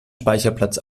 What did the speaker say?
speicherplatz